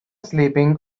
sleeping